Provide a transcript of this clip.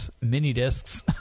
mini-discs